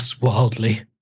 wildly